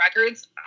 Records